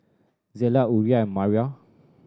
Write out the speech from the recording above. Zella Uriah and Maria